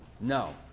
No